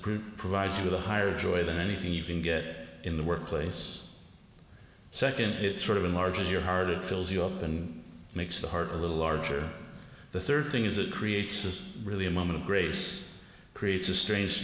group provides you with a higher joy than anything you can get in the workplace second it sort of enlarges your heart it fills you up and makes the heart a little larger the third thing is it creates is really a moment of grace creates a strange